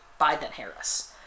Biden-Harris